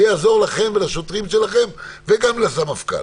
זה יעזור לכם ולשוטרים שלכם וגם לסמפכ"ל.